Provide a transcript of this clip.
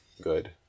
good